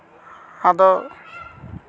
ᱟᱫᱚ